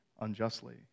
unjustly